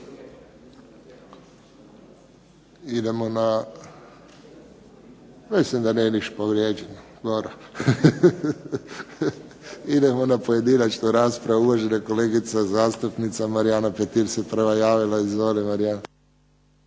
Idemo na, mislim da nije niš povrijeđeno. Idemo na pojedinačnu raspravu. Uvažena kolegica zastupnica Marijana Petir se prva javila. Izvoli Marijana.